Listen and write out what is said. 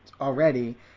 already